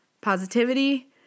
positivity